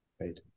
Right